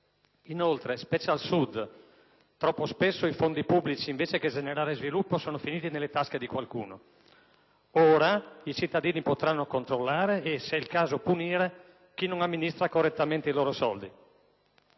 Inoltre, specie al Sud, troppo spesso i fondi pubblici, invece che generare sviluppo, sono finiti nelle tasche di qualcuno; ora i cittadini potranno controllare e, se è il caso, punire chi non amministra correttamente i loro soldi.